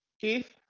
Keith